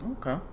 okay